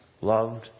loved